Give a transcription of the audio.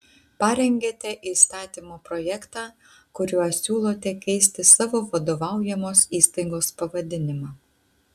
parengėte įstatymo projektą kuriuo siūlote keisti savo vadovaujamos įstaigos pavadinimą